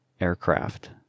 aircraft